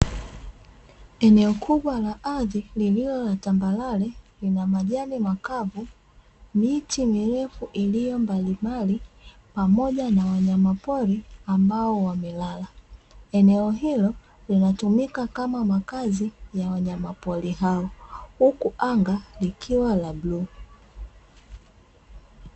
eneo kubwa la ardhi lililo la tambarare lina majani makavu miti mirefu iliyo mbalimbali, pamoja na wanyama pori ambao wamelala. Eneo hilo linatumika kama makazi ya wanyama pori hao, huku anga likiwa la bluu.